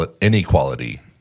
inequality